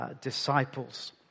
disciples